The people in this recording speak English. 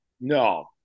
No